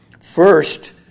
First